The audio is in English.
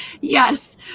Yes